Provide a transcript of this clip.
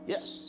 Yes